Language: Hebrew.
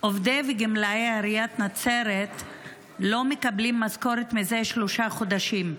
עובדי וגמלאי עיריית נצרת לא מקבלים משכורת זה שלושה חודשים,